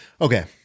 Okay